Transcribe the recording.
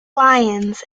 lions